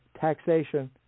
taxation